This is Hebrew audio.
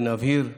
ונבהיר לנו,